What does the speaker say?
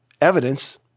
evidence